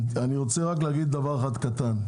אני רוצה להגיד רק דבר אחד קטן,